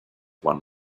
one